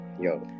yo